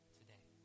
today